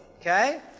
Okay